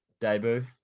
debut